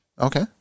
Okay